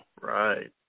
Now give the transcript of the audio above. Right